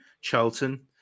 Charlton